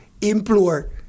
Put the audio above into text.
implore